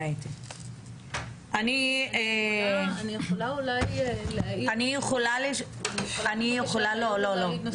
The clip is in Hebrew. אני יכולה אולי להעיר --- לא לא לא לא,